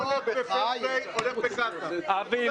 אבי,